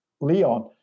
Leon